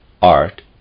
Art